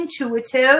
intuitive